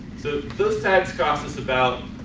so those tags cost us about,